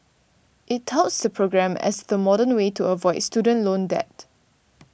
it touts the program as the modern way to avoid student loan debt